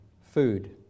food